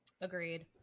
Agreed